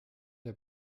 der